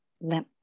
let